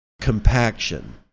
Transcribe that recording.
compaction